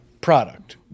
product